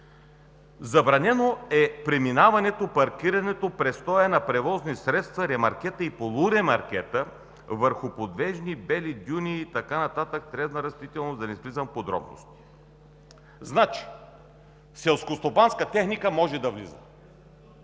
„Забранено е преминаването, паркирането и престоят на превозни средства, ремаркета и полуремаркета върху подвижни (бели) дюни“ – и така нататък, „тревна растителност“ – да не влизам в подробности. Значи, селскостопанска техника може да влиза!